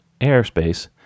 airspace